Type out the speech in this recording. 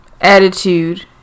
Attitude